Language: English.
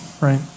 right